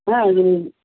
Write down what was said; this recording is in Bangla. হ্যাঁ